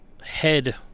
head